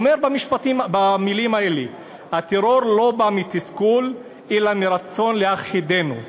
אמר במילים אלו: הטרור לא בא מתסכול אלא מרצון להכחידנו.